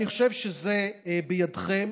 אני חושב שזה בידיכם.